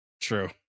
True